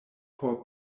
por